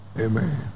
Amen